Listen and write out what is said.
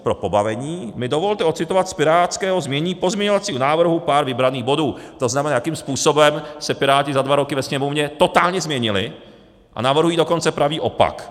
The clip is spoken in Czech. Pro pobavení mi dovolte ocitovat z pirátského znění pozměňovacího návrhu pár vybraných bodů, to znamená, jakým způsobem se Piráti za dva roky ve Sněmovně totálně změnili, a navrhují dokonce pravý opak.